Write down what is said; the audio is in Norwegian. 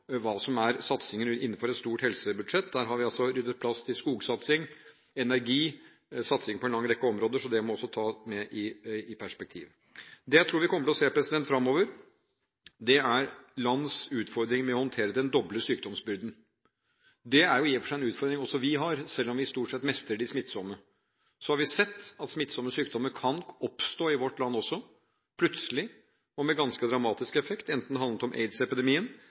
hva som er satsinger innenfor et stort helsebudsjett. Der har vi ryddet plass til skogsatsing, energi og satsing på en lang rekke områder – det må også tas med i perspektivet. Det jeg tror vi kommer til å se fremover, er lands utfordringer med å håndtere den doble sykdomsbyrden. Det er i og for seg en utfordring som også vi har, selv om vi stort sett mestrer de smittsomme. Vi har sett at smittsomme sykdommer plutselig og med ganske dramatisk effekt også kan oppstå i vårt land, enten det handlet om aidsepidemien